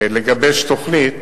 לגבש תוכנית